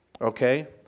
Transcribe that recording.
okay